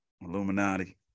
Illuminati